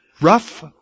rough